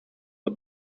the